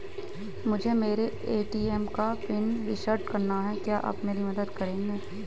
मुझे मेरे ए.टी.एम का पिन रीसेट कराना है क्या आप मेरी मदद करेंगे?